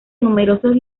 numerosos